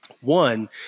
One